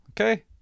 Okay